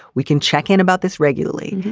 we can check in about this regularly.